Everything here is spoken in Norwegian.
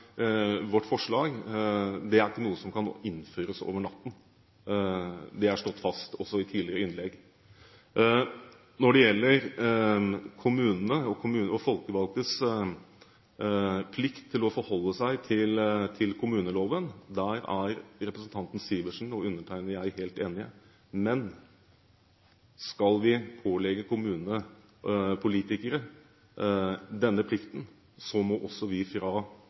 vårt forslag er ikke noe som kan innføres over natten. Det er slått fast også i tidligere innlegg. Når det gjelder kommunene og folkevalgtes plikt til å forholde seg til kommuneloven, er representanten Sivertsen og undertegnede helt enige. Men skal vi pålegge kommunepolitikere denne plikten, må vi fra